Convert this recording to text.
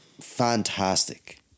fantastic